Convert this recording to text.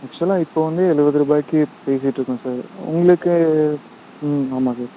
சொல்லுங்கள் இப்போ வந்து எழுவதுரூபாய்க்கு பேசிக்கிட்டு இருக்கோம் சார் உங்களுக்கு ம் ஆமாம் சார்